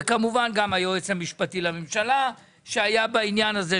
וכמובן גם היועץ המשפטי לממשלה שהיה בעניין הזה,